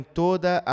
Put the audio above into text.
toda